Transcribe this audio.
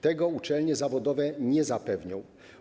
Tego uczelnie zawodowe nie zapewnią.